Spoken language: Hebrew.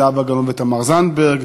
זהבה גלאון ותמר זנדברג,